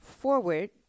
forward